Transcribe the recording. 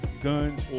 guns